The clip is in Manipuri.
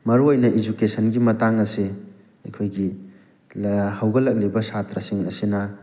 ꯃꯔꯨ ꯑꯣꯏꯅ ꯏꯖꯨꯀꯦꯁꯟꯒꯤ ꯃꯇꯥꯡ ꯑꯁꯤ ꯑꯩꯈꯣꯏꯒꯤ ꯍꯧꯒꯠꯂꯛꯂꯤꯕ ꯁꯥꯇ꯭ꯔꯁꯤꯡ ꯑꯁꯤꯅ